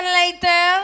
later